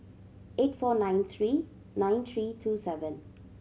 eight four nine three nine three two seven